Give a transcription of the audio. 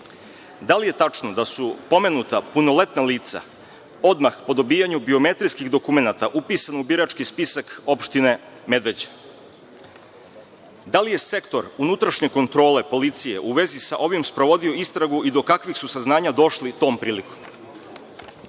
Da li je tačno da su pomenuta punoletna lica odmah po dobijanju biometrijskih dokumenata upisana u birački spisak opštine Medveđa? Da li je sektor unutrašnje kontrole policije u vezi sa ovim sprovodio istragu i do kakvih su saznanja došli tom prilikom?